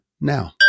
now